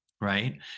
right